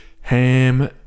ham